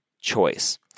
choice